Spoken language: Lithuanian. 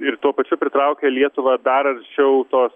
ir tuo pačiu pritraukia lietuvą dar arčiau tos